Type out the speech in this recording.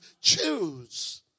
choose